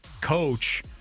coach